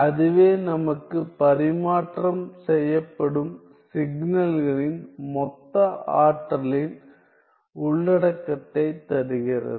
அதுவே நமக்கு பரிமாற்றம் செய்யப்படும் சிக்னல்களின் மொத்த ஆற்றலின் உள்ளடக்கத்தைத் தருகிறது